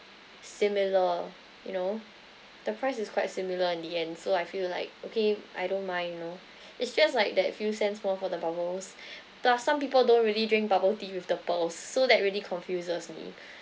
similar you know the price is quite similar in the end so I feel like okay I don't mind you know it's just like that few cents more for the bubbles plus some people don't really drink bubble tea with the pearls so that really confuses me